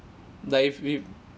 but if we